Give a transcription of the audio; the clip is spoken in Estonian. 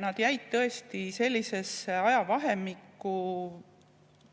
nad jäid tõesti sellisesse ajavahemikku